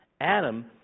Adam